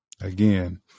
again